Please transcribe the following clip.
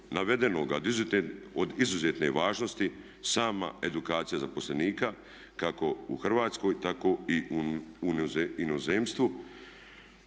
navedenoga od izuzetne je važnosti sama edukacija zaposlenika kako u Hrvatskoj tako i u inozemstvu